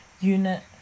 unit